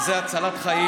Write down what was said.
תשאל את,